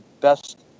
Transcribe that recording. best